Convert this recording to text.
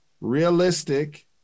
realistic